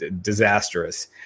disastrous